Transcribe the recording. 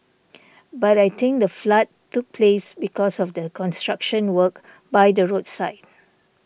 but I think the flood took place because of the construction work by the roadside